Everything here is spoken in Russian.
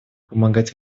помогать